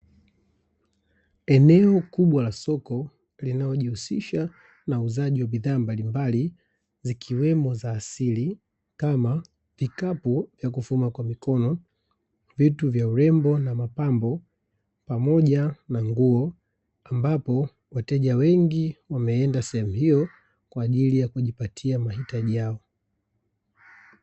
Eneo kubwa la soko linalojihusisha na uuzaji wa bidhaa mbalimbali zikiwemo za asili kama; vikapu vya kufuma kwa mikono, vitu vya urembo na mapambo, pamoja na nguo ambapo wateja wengi wameenda sehemu hiyo kwaajili ya kujipatia mahitaji yao.